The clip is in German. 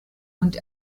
und